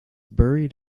buried